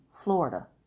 Florida